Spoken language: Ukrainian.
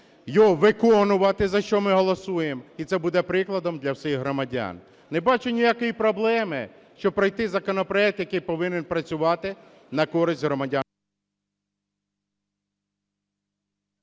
його виконувати, за що ми голосуємо, і це буде прикладом для всіх громадян. Не бачу ніякої проблеми, щоб пройти законопроект, який повинен працювати на користь громадян…